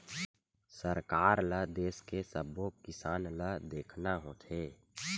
सरकार ल देस के सब्बो किसान ल देखना होथे